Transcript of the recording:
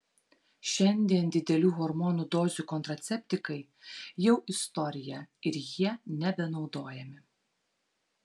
šiandien didelių hormonų dozių kontraceptikai jau istorija ir jie nebenaudojami